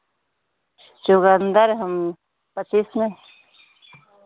चुकन्दर हम पचीस में